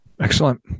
Excellent